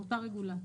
לאותה רגולציה,